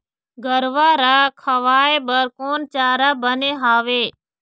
गरवा रा खवाए बर कोन चारा बने हावे?